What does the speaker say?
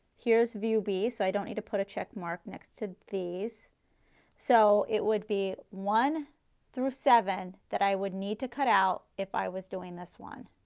here is view b so i don't need to put a check mark next to these so it would be one through seven that i would need to cutout if i was doing this one.